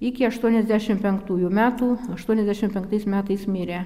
iki aštuoniasdešim penktųjų metų aštuoniasdešim penktais metais mirė